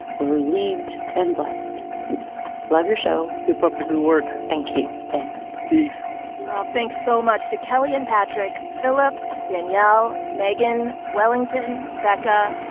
we're relieved and blessed love your show keep up the good work thank you thanks peace thanks so much to kelly and patrick, philip, danielle, megan, wellington, becca,